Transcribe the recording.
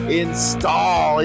install